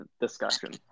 discussion